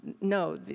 No